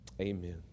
Amen